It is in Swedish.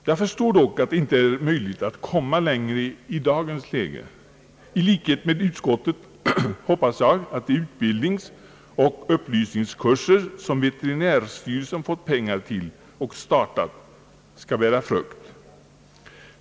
Jag förstår dock att det inte är möjligt att komma längre i dagens läge. I likhet med utskottet hoppas jag att de utbildningsoch upplysningskurser som veterinärstyrelsen fått pengar till och startat skall bära frukt.